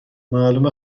معلومه